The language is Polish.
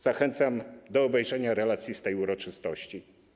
Zachęcam do obejrzenia relacji z tej uroczystości.